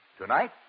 Tonight